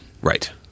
Right